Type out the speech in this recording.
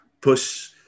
push